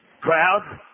crowd